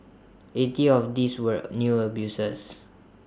eighty of these were new abusers